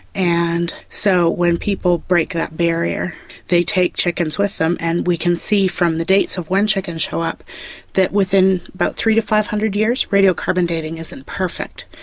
and so when people break that barrier they take chickens with them, and we can see from the dates of when chickens show up that within about three hundred to five hundred years. radiocarbon dating isn't perfect,